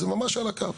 זה ממש על הקו,